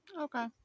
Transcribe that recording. Okay